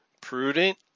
prudent